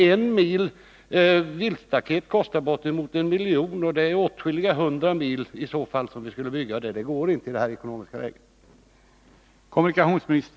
En mil viltstaket kostar bortåt en miljon kronor. Det skulle bli åtskilliga hundra mil som i så fall skulle byggas, och det går inte i nuvarande ekonomiska läge.